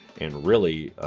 and really,